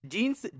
Jeans